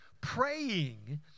praying